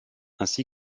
ainsi